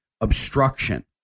obstruction